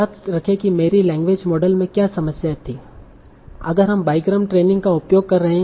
याद रखें कि मेरी लैंग्वेज मॉडल में क्या समस्या थी अगर हम बाईग्राम ट्रेनिंग का उपयोग कर रहे है